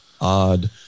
odd